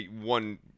one